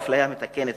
או אפליה מתקנת,